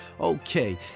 Okay